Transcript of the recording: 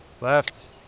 Left